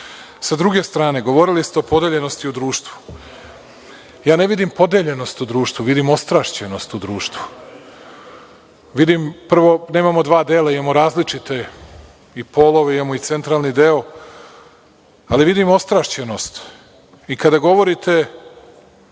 druge strane govorili ste o podeljenosti u društvu. Ja ne vidim podeljenost u društvu, vidim ostrašćenost u društvu. Vidim prvo, nemamo dva dela, imamo različite i polove, imamo i centralni deo, ali vidim ostrašćenost i kada govorite